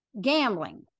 Gambling